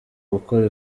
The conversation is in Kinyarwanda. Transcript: gukora